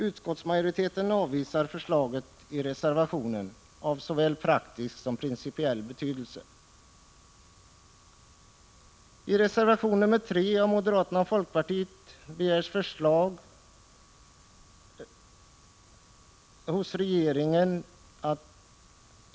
Utskottsmajoriteten avvisar förslaget i reservationen av såväl praktiska som principiella skäl.